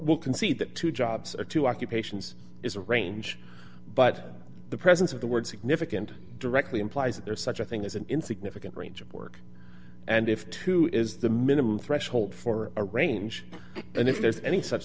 will concede that two jobs or two occupations is a range but the presence of the word significant directly implies that there is such a thing as an insignificant range of work and if two is the minimum threshold for a range and if there's any such